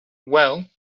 well